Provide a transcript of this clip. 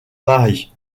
paris